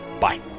Bye